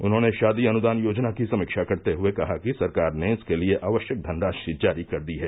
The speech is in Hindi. उन्होंने शादी अनुदान योजना की समीक्षा करते हुए कहा कि सरकार ने इसके लिए आवश्यक धनराशि जारी कर दी है